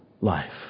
life